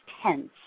tense